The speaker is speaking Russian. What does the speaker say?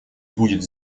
будет